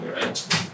right